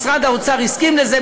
משרד האוצר הסכים לזה,